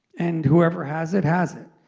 and whoever has it has it.